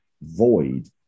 void